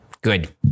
Good